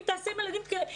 אם תעשה עם הילדים קילומטר,